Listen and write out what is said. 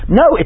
no